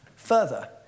Further